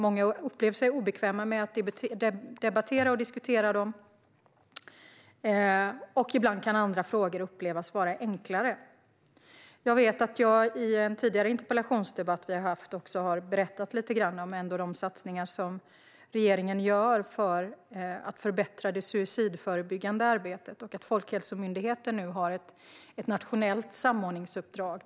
Många upplever sig obekväma med att debattera och diskutera dem, och ibland kan andra frågor upplevas vara enklare. Jag vet att jag i en tidigare interpellationsdebatt vi har haft har berättat lite grann om de satsningar som regeringen gör för att förbättra det suicidförebyggande arbetet. Folkhälsomyndigheten har nu ett nationellt samordningsuppdrag.